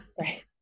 Right